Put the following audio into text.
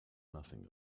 nothing